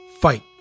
fight